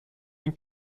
den